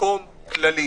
במקום כללים